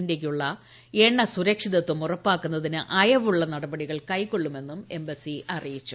ഇന്ത്യയ്ക്കുള്ള എണ്ണ സുരക്ഷിതത്വം ഉറപ്പാക്കുന്നതിന് അയവുള്ള നടപടികൾ കൈക്കൊള്ളുമെന്നും എംബസി വ്യക്തമാക്കി